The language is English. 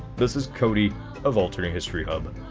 this is cody of alternate history hub